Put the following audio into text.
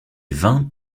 vins